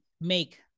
make